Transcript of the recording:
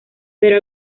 pero